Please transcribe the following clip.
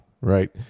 right